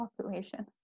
population